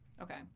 Okay